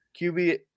QB